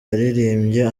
yaririmbye